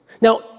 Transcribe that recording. Now